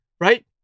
right